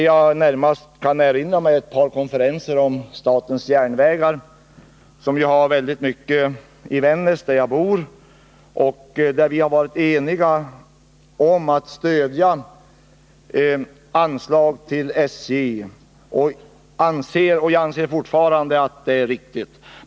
Vad jag närmast kan erinra mig är ett par konferenser om statens järnvägar, som ju har en verksamhet i Vännäs, där jag bor. Vi har varit eniga om att stödja anslag till SJ, och vi anser fortfarande att detta är riktigt.